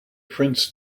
prints